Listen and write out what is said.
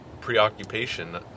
preoccupation